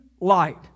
light